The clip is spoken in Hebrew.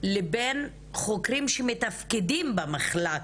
לבין חוקרים שמתפקדים במחלק.